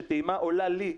שטעימה עולה לי,